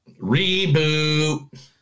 Reboot